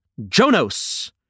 Jonos